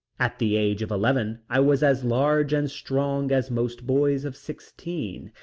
at the age of eleven i was as large and strong as most boys of sixteen,